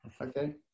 Okay